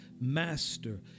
Master